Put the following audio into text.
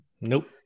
Nope